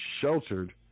sheltered